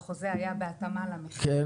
והחוזה היה בהתאמה למחיר,